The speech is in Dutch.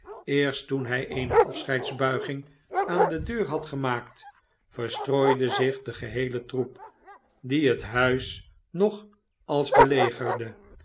eerst toen hij eene afscheidsbuiging aan de deur had gemaakt verstrooide zich de geheele troep die het huis nog als belegerde